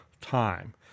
time